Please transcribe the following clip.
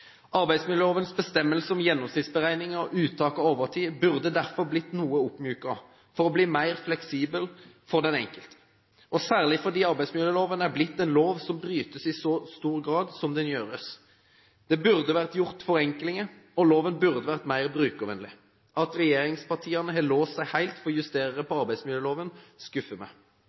Arbeidsmiljølovens bestemmelser om gjennomsnittsberegninger og uttak av overtid burde derfor – for å bli mer fleksible for den enkelte – vært noe oppmyket, særlig fordi arbeidsmiljøloven er blitt en lov som brytes i så stor grad som det gjøres. Det burde vært gjort forenklinger, og loven burde vært mer brukervennlig. At regjeringspartiene har låst seg helt med hensyn til å justere arbeidsmiljøloven, skuffer meg.